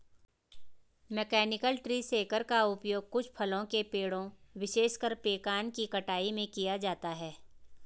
mechanical tree shaker का उपयोग कुछ फलों के पेड़ों, विशेषकर पेकान की कटाई में किया जाता है